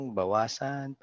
bawasan